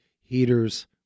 heaters